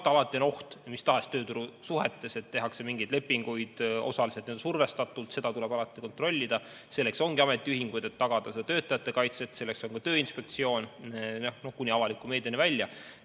alati oht mis tahes tööturusuhetes, et tehakse mingeid lepinguid osaliselt survestatult. Seda tuleb alati kontrollida. Selleks ongi ametiühingud, et tagada töötajate kaitset, selleks on ka Tööinspektsioon – võime minna